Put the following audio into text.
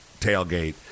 tailgate